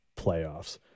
playoffs